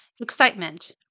excitement